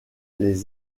les